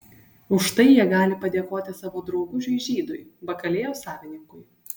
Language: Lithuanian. už tai jie gali padėkoti savo draugužiui žydui bakalėjos savininkui